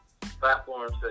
platforms